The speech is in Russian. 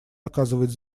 оказывать